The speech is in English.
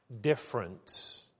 different